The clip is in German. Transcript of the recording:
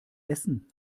essen